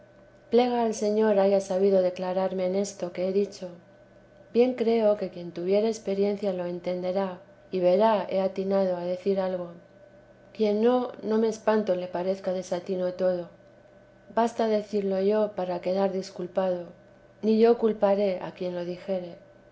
plega al señor haya sabido declararme en esto que he dicho bien creo que quien tuviere experiencia lo entenderá y verá he atinado a decir algo quien no no me espanto le parezca desatino todo basta decirlo yo para quedar disculpado ni yo culparé a quien lo dijere